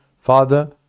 Father